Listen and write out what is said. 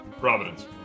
Providence